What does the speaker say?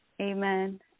Amen